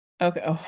Okay